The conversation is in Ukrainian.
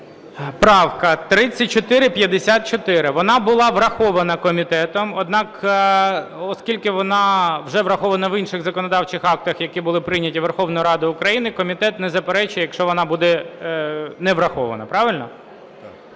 Правка 3454, вона була врахована комітетом, однак, оскільки вона вже врахована в інших законодавчих актах, які були прийняті Верховною Радою України, комітет не заперечує, якщо вона буде не врахована. Правильно?